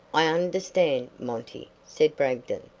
i understand, monty, said bragdon,